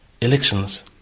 Elections